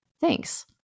Thanks